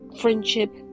friendship